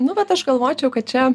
nu vat aš galvočiau kad čia